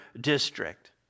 district